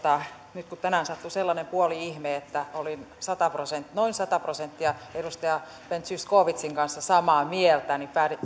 nyt kun tänään sattui sellainen puoli ihme että olin noin sata prosenttia edustaja ben zyskowiczin kanssa samaa mieltä niin